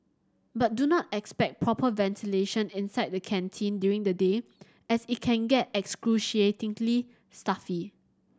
but do not expect proper ventilation inside the canteen during the day as it can get excruciatingly stuffy